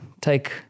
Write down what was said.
take